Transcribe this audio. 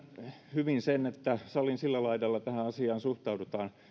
hyvin sen että salin sillä laidalla tähän asiaan suhtaudutaan